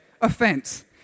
Offense